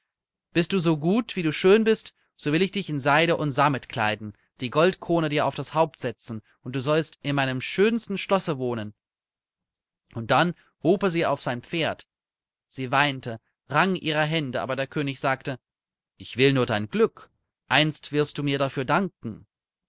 bist du so gut wie du schön bist so will ich dich in seide und sammet kleiden die goldkrone dir auf das haupt setzen und du sollst in meinem schönsten schlosse wohnen und dann hob er sie auf sein pferd sie weinte rang ihre hände aber der könig sagte ich will nur dein glück einst wirst du mir dafür danken